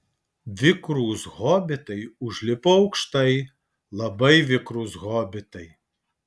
vikrūs hobitai užlipo aukštai labai vikrūs hobitai